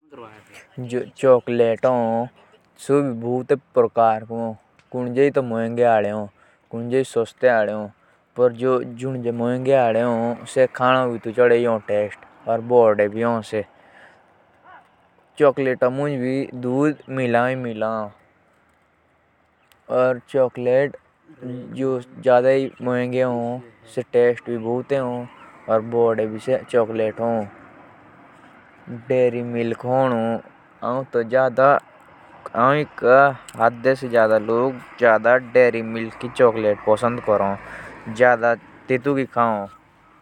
जो चॉकलेट हो से बहुतै ही प्रकार के हो। होर चॉकलेट का अलग अलग स्वाद हो काए कि तेंदा अलग अलग फ्लेवर हो मिलिये दा।